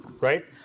right